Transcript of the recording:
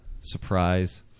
surprise